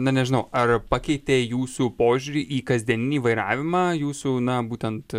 na nežinau ar pakeitė jūsų požiūrį į kasdieninį vairavimą jūsų na būtent